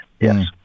Yes